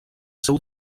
seu